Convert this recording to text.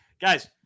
Guys